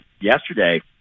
yesterday